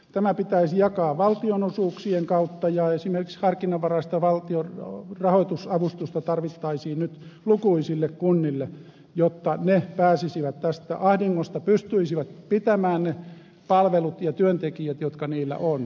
tämä pitäisi jakaa valtionosuuksien kautta ja esimerkiksi harkinnanvaraista valtion rahoitusavustusta tarvittaisiin nyt lukuisille kunnille jotta ne pääsisivät tästä ahdingosta pystyisivät pitämään ne palvelut ja työntekijät jotka niillä on